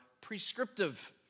prescriptive